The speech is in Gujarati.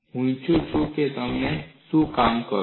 હું ઈચ્છું છું કે તમે તેનું કામ કરો